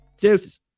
Deuces